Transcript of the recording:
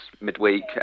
midweek